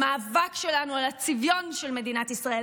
במאבק שלנו על הצביון של מדינת ישראל,